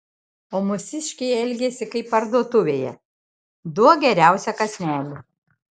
o mūsiškiai elgiasi kaip parduotuvėje duok geriausią kąsnelį